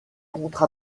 contre